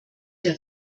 der